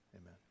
Amen